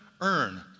earn